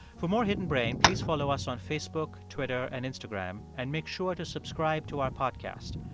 for more hidden brain, please follow us on facebook, twitter and instagram. and make sure to subscribe to our podcast.